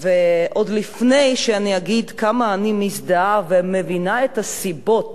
עוד לפני שאני אגיד כמה אני מזדהה ומבינה את הסיבות